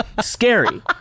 scary